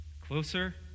Closer